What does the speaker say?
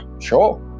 sure